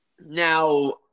Now